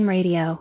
Radio